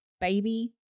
baby